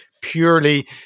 purely